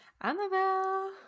Annabelle